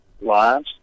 lives